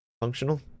Functional